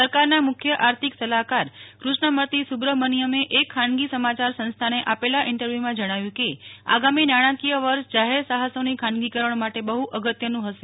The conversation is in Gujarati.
સરકારના મુખ્ય આર્થિક સલાહકાર ક્રષ્ણમુર્તિ સુબ્રમણ્થમે એક ખાનગી સમાચાર સંસ્થાને આપેલા ઇન્ટરવ્યુમાં જણાવ્યું કે આગામી નાણાંકીય વર્ષ જાહેર સાહસોની ખાનગીકરણ માટે બહ્ અગત્યનું હશે